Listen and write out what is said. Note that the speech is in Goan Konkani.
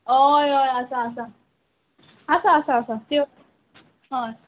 हय हय आसा आसा आसा आसा आसा त्यो हय